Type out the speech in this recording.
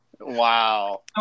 Wow